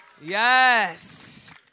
Yes